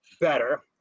better